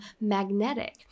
magnetic